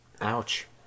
Ouch